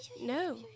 No